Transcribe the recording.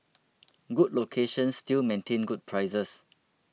good locations still maintain good prices